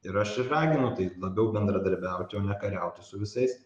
ir aš ir raginu taip labiau bendradarbiauti o ne kariauti su visais